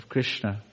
Krishna